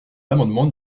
l’amendement